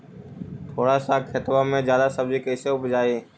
थोड़ा सा खेतबा में जादा सब्ज़ी कैसे उपजाई?